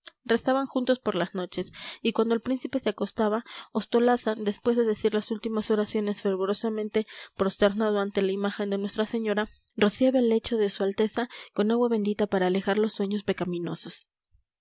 rezaban juntos por las noches y cuando el príncipe se acostaba ostolaza después de decir las últimas oraciones fervorosamente prosternado ante la imagen de nuestra señora rociaba el lecho de s a con agua bendita para alejar los sueños pecaminosos